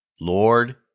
Lord